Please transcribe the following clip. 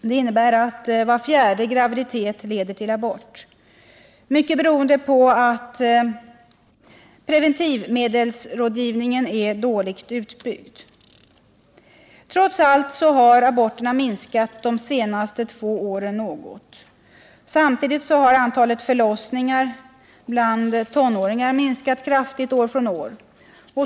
Det innebär att var fjärde graviditet leder till abort, mycket beroende på att Trots allt har aborterna minskat något under de senaste två åren. Samtidigt har antalet förlossningar bland tonåringar minskat kraftigt år från år.